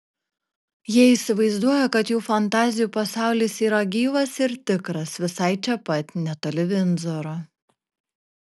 jie įsivaizduoja kad jų fantazijų pasaulis yra gyvas ir tikras visai čia pat netoli vindzoro